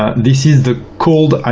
this is the cold iot.